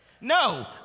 No